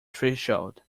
threshold